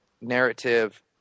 narrative